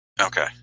Okay